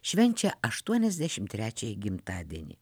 švenčia aštuoniasdešimt trečiąjį gimtadienį